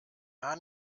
hahn